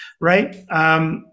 right